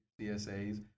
CSA's